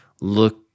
look